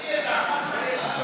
אני אקח אותך.